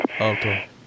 Okay